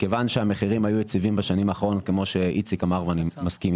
מ-2017 עד 2022, אם תוריד את המע"מ, אנחנו שווים.